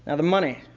ah the money.